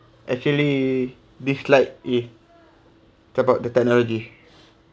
actually dislike is about the technology